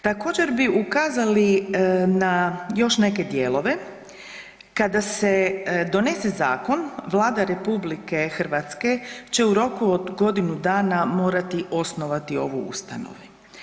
Također bi ukazali na još neke dijelove, kada se donese zakon Vlada RH će u roku od godinu dana osnovati ovu ustanovu.